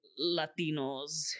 Latinos